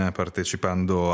partecipando